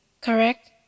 correct